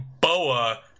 Boa